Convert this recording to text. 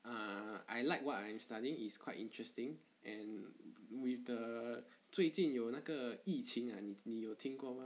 ah I like what I am studying it's quite interesting and with the 最近有那个疫情 ah 你你有听过吗